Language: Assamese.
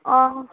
অঁ